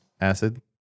Acid